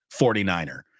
49er